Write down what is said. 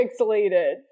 pixelated